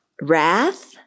wrath